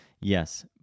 Yes